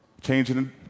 changing